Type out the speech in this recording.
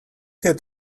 had